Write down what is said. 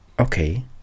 okay